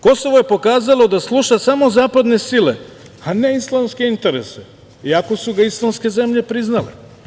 Kosovo je pokazalo da sluša samo zapadne sile, a ne islamske interese, iako su ga islamske zemlje priznale.